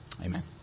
Amen